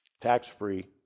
tax-free